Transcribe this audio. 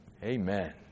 Amen